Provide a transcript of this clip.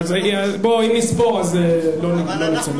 אז אם נספור לא נצא מזה.